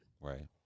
Right